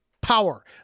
power